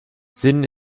sinn